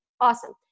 Awesome